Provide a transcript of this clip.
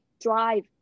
drive